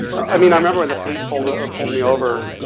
i mean i remember when the police pulled ah ah pulled me over,